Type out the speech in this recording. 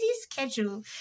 schedule